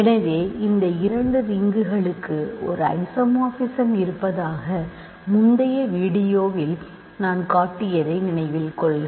எனவே இந்த இரண்டு ரிங்குகளுக்கு ஒரு ஐசோமார்பிசம் இருப்பதாக முந்தைய வீடியோவில் நான் காட்டியதை நினைவில் கொள்க